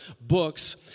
books